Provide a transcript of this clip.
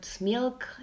milk